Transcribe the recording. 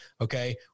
Okay